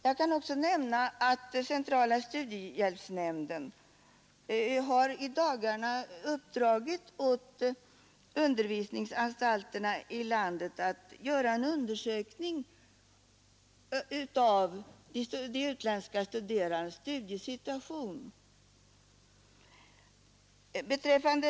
Jag kan också nämna att centrala studiehjälpsnämnden i dagarna har uppdragit åt undervisningsanstalterna i landet att göra en undersökning av utländska studerandes studiesituation.